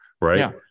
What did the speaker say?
right